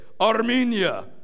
Armenia